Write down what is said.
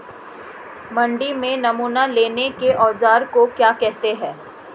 मंडी में नमूना लेने के औज़ार को क्या कहते हैं?